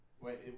Wait